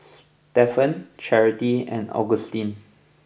Stephen Charity and Augustin